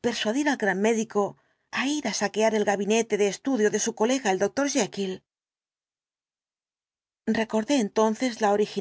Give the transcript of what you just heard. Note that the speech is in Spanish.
persuadir al gran médico á ir á saquear el gabinete de estudio de su colega el doctor jekyll recordé entonces la